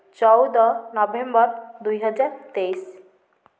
ଚଉଦ ନଭେମ୍ବର ଦୁଇ ହଜାର ତେଇଶ